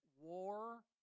War